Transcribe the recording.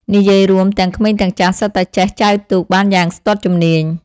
និយាយរួម ទាំងក្មេងទាំងចាស់សុទ្ធតែចេះចែវទូកបានយ៉ាងស្ទាត់ជំនាញ។